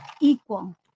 equal